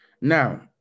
Now